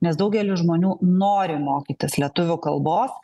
nes daugelis žmonių nori mokytis lietuvių kalbos